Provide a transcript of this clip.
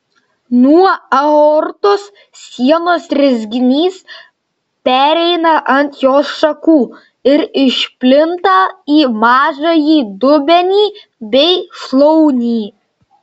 nuo aortos sienos rezginys pereina ant jos šakų ir išplinta į mažąjį dubenį bei šlaunį